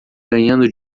ganhando